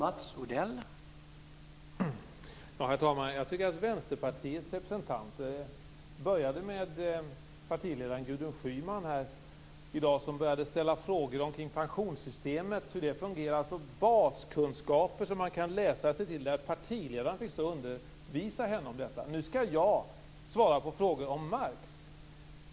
Herr talman! Vänsterpartiet började i dag med att representeras av partiledaren Gudrun Schyman, som började ställa frågor kring hur pensionssystemet fungerar - baskunskaper som man kan läsa sig till. Andra partiledare fick stå och undervisa henne om detta. Nu skall jag svara på frågor om Marx.